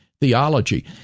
theology